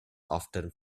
often